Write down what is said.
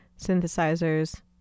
synthesizers